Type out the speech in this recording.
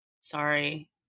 Sorry